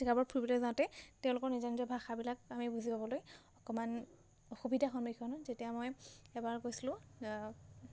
জেগাবোৰত ফুৰিবলৈ যাওঁতে তেওঁলোকৰ নিজা নিজা ভাষাবিলাক আমি বুজি পাবলৈ অকণমান অসুবিধাৰ সন্মুখীন হ'ল যেতিয়া মই এবাৰ গৈছিলোঁ